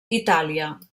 itàlia